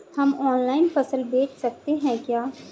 हम ऑनलाइन फसल बेच सकते हैं क्या?